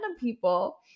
people